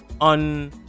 on